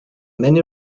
many